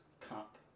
cup